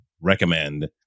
recommend